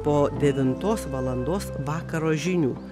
po devintos valandos vakaro žinių